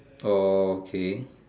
oh okay